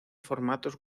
formatos